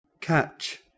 catch